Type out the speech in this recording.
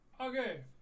Okay